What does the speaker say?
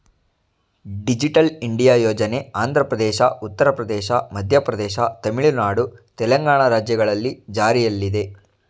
digital India ಯೋಜನೆ ಆಂಧ್ರಪ್ರದೇಶ, ಉತ್ತರ ಪ್ರದೇಶ, ಮಧ್ಯಪ್ರದೇಶ, ತಮಿಳುನಾಡು, ತೆಲಂಗಾಣ ರಾಜ್ಯಗಳಲ್ಲಿ ಜಾರಿಲ್ಲಿದೆ